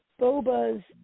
Boba's